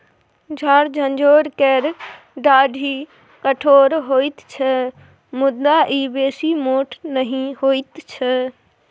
झार झंखोर केर डाढ़ि कठोर होइत छै मुदा ई बेसी मोट नहि होइत छै